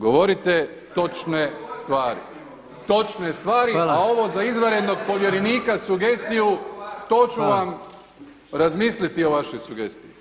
Govorite točne stvari, točne stvari, a ovo za izvanrednog povjerenika sugestiju to ću vam razmisliti o vašoj sugestiji.